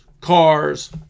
cars